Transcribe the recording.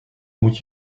moet